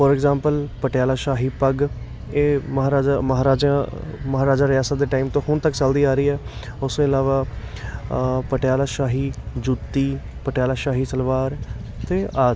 four example Patiala ਸ਼ਾਹੀ ਪੱਗ ਇਹ ਮਹਾਰਾਜਾ ਮਹਾਰਾਜਾ ਮਹਾਰਾਜਾ ਰਿਆਸਤ ਦੇ ਟਾਈਮ ਤੋਂ ਹੁਣ ਤੱਕ ਚੱਲਦੀ ਆ ਰਹੀ ਹੈ ਉਸ ਤੋਂ ਇਲਾਵਾ ਪਟਿਆਲਾ ਸ਼ਾਹੀ ਜੁੱਤੀ ਪਟਿਆਲਾ ਸ਼ਾਹੀ ਸਲਵਾਰ ਅਤੇ ਆਦਿ